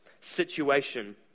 situation